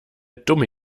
dumme